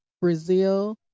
Brazil